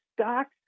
stocks